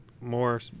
more